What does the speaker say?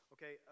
Okay